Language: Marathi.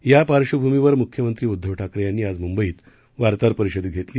या पार्श्वभूमीवर मुख्यमंत्री उद्धव ठाकरे यांनी आज मुंबईत वार्ताहर परिषद घेतली